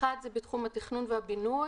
אחד זה בתחום התכנון והבינוי.